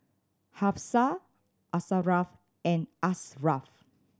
Hafsa Asharaff and Ashraff